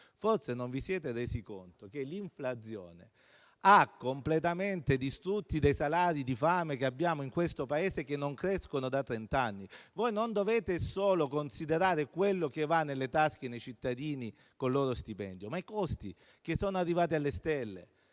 Forse non vi siete resi conto che l'inflazione ha completamente distrutto i salari da fame che abbiamo in questo Paese, che non crescono da trent'anni. Voi non dovete solo considerare quello che va nelle tasche dei cittadini con il loro stipendio, ma i costi che sono arrivati alle stelle: